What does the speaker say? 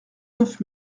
neuf